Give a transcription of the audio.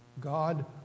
God